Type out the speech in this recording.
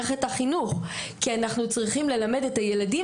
יש כאן חברת כנסת מסיעתי שתוכל לגלגל את הנושא הזה,